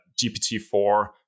GPT-4